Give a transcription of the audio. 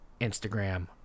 Instagram